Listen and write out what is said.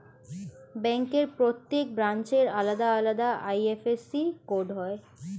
ব্যাংকের প্রত্যেক ব্রাঞ্চের আলাদা আলাদা আই.এফ.এস.সি কোড হয়